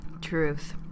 Truth